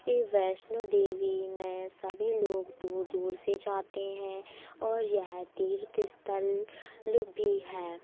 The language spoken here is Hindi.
ये वैष्णो देवी में सभी लोग दूर दूर से जाते हैं और यह तीर्थस्थल भी है